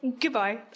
Goodbye